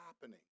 happening